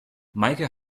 meike